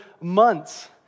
months